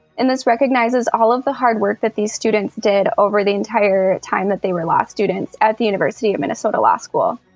and this recognizes all of the hard work that these students did over the entire time that they were law students at the university of minnesota law school.